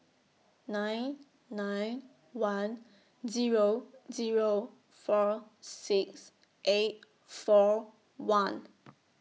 nine nine one Zero Zero four six eight four one